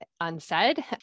unsaid